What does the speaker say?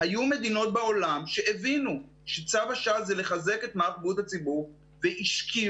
היו מדינות בעולם שהבינו שצו השעה זה לחזק את מערך בריאות הציבור והשקיעו